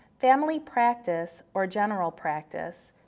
family practice or general practice.